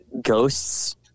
ghosts